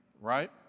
right